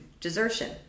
Desertion